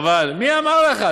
מי אמר לך?